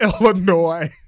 Illinois